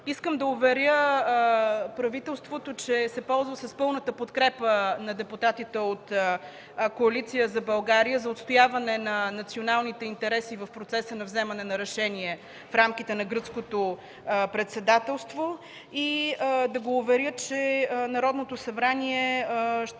Искам да уверя правителството, че се ползва с пълната подкрепа на депутатите от Коалиция за България за отстояване на националните интереси в процеса на вземане на решения в рамките на Гръцкото председателство и да го уверя, че Народното събрание ще